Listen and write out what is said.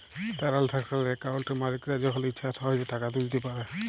টারালসাকশাল একাউলটে মালিকরা যখল ইছা সহজে টাকা তুইলতে পারে